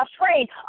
afraid